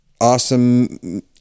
awesome